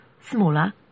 smaller